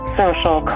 social